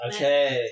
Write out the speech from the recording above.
Okay